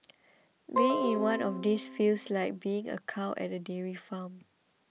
being in one of these places feels like being a cow at a dairy farm